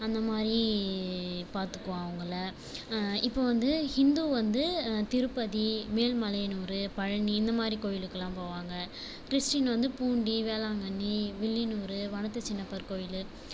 அந்தமாதிரி பார்த்துக்குவோம் அவங்கள இப்போது வந்து ஹிந்து வந்து அ திருப்பதி மேல்மலையனூர் பழனி இந்தமாதிரி கோவிலுக்குலாம் போவாங்க கிறிஸ்டின் வந்து பூண்டி வேளாங்கண்ணி வில்லியனூர் வனத்துச்சின்னப்பர் கோயில்